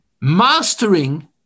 Mastering